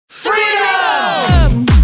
Freedom